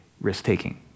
risk-taking